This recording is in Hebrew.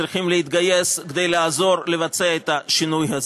צריכים להתגייס כדי לעזור לבצע את השינוי הזה.